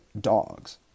dogs